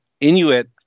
Inuit